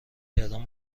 کردن